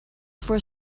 for